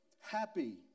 Happy